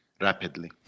rapidly